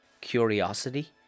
curiosity